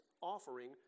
offering